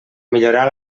millorar